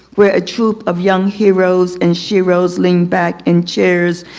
where a troupe of young heroes and sheroes leaned back in chairs,